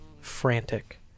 frantic